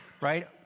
right